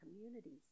communities